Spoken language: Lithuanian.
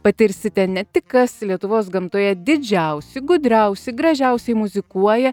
patirsite ne tik kas lietuvos gamtoje didžiausi gudriausi gražiausiai muzikuoja